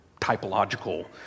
typological